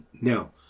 Now